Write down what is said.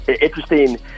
Interesting